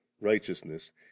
righteousness